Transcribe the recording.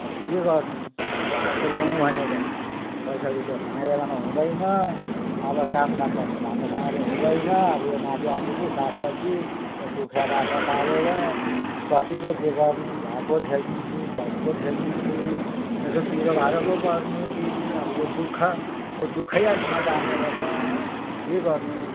अब के गर्नु अब अर्को ल्याउँ भन्यो भने पैसा रुपियाँ भनेको बेलामा हुँदैन अब काम दाम पनि राम्रोसँगले हुँदैन अब यो नाथे अलिलि सागसब्जी कुखुरा बाख्रा पालेर कति पो के गर्नु घर पो ठेल्नु कि बन पो ठेल्नु कि यसो तिरोभारो पो गर्नु कि अब यो दुःखको दुःखैमा जाने रहेछ के गर्नु